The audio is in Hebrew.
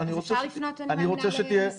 אפשר לפנות למוקד של הקורונה.